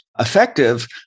effective